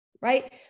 right